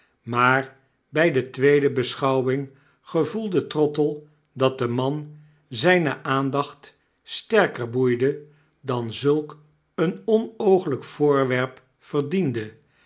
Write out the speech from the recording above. maar bij de tweede beschouwing gevoelde trottle dat de man zijne aandacht sterker boeide dan zulk een onooglijk voorwerp verdiende